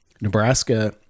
Nebraska